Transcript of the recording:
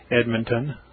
Edmonton